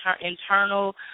internal